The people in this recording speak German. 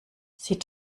sie